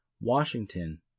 Washington